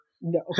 No